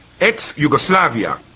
ex-Yugoslavia